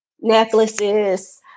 necklaces